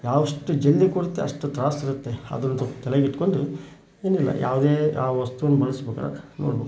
ಎಷ್ಟು ಜಲ್ದಿ ಕೊಡುತ್ತೆ ಅಷ್ಟು ತ್ರಾಸಿರುತ್ತೆ ಅದರದ್ದು ತಲೆಲಿ ಇಟ್ಕೊಂಡು ಇನ್ನೂ ಯಾವುದೇ ಆ ವಸ್ತುನ ಬಳಸ್ಬೋದ ನೋಡ್ಬೇಕು